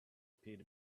appeared